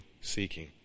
seeking